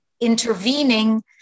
intervening